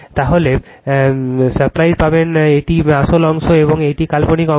তাহলে সিম্পলিফাই পাবেন এটাই আসল অংশ এবং এটি কাল্পনিক অংশ